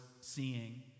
seeing